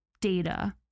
data